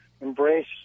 embrace